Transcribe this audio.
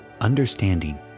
understanding